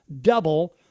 double